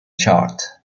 chart